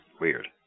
Weird